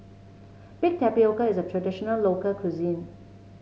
Baked Tapioca is a traditional local cuisine